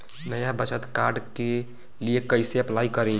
नया बचत कार्ड के लिए कइसे अपलाई करी?